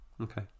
Okay